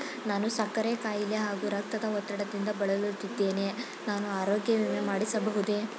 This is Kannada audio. ನಾನು ಸಕ್ಕರೆ ಖಾಯಿಲೆ ಹಾಗೂ ರಕ್ತದ ಒತ್ತಡದಿಂದ ಬಳಲುತ್ತಿದ್ದೇನೆ ನಾನು ಆರೋಗ್ಯ ವಿಮೆ ಮಾಡಿಸಬಹುದೇ?